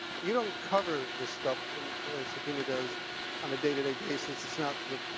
you don't cover this stuff the way sabrina does on a day to day basis, it's not the